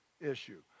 issue